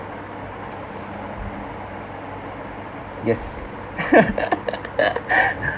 yes